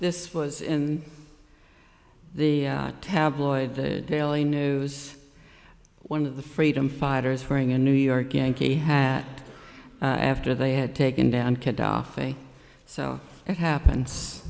this was in the tabloid the daily news one of the freedom fighters wearing a new york yankee hat after they had taken down khadafy so it happens